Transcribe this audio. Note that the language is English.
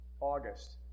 August